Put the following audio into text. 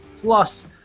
plus